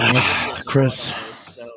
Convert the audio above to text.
Chris